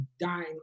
dying